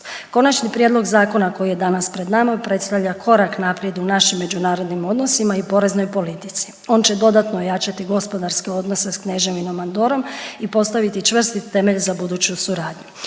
Konačni prijedlog zakona koji je danas pred nama predstavlja korak naprijed u našim međunarodnim odnosima i poreznoj politici. On će dodatno ojačati gospodarske odnose s Kneževinom Andorom i postaviti čvrsti temelj za buduću suradnju.